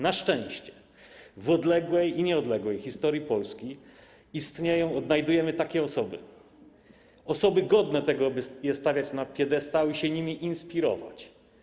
Na szczęście w odległej i nieodległej historii Polski odnajdujemy takie osoby, osoby godne tego, by je stawiać na piedestale i się nimi inspirować.